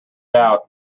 out